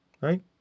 Right